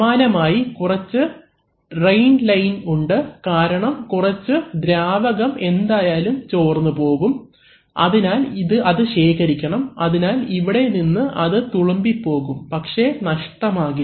സമാനമായി കുറച്ച് train line ഉണ്ട് കാരണം കുറച്ച് ദ്രാവകം എന്തായാലും ചോർന്നു പോകും അതിനാൽ അത് ശേഖരിക്കണം അതിനാൽ ഇവിടെ നിന്ന് അത് തുളുമ്പി പോകും പക്ഷേ നഷ്ടമാകില്ല